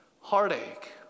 heartache